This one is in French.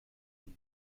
une